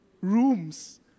rooms